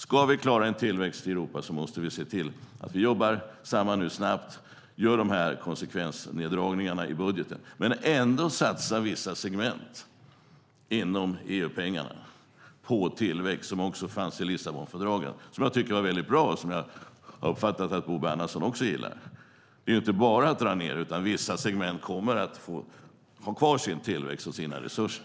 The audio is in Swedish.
Ska vi klara en tillväxt i Europa måste vi jobba snabbt och göra konsekvensneddragningar i budgeten men ändå satsa EU-pengar på tillväxt i vissa segment. Det fanns också med i Lissabonfördraget, som jag tycker är bra och som jag har uppfattat att Bo Bernhardsson också gillar. Vi ska inte bara dra ned utan vissa segment kommer att få ha kvar sin tillväxt och sina resurser.